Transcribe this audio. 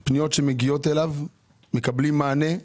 לגבי פניות שמגיעות אליו, מקבלים מענה.